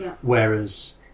whereas